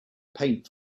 paint